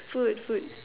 food food